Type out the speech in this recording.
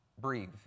breathe